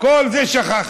את כל זה שכחת.